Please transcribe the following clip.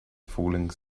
falling